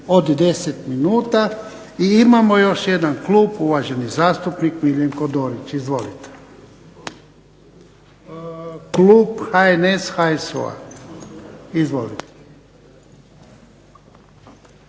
od 10 minuta. I imamo još jedan klub, uvaženi zastupnik Miljenko Dorić. Izvolite. Klub HNS, HSU-a. Izvolite.